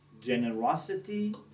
generosity